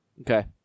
Okay